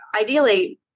ideally